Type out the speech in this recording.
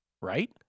right